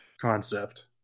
concept